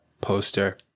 poster